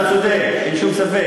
אתה צודק, אין שום ספק.